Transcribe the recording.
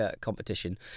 Competition